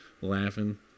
laughing